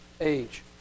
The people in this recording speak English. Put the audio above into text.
age